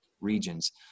regions